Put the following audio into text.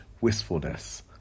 wistfulness